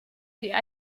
die